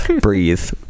breathe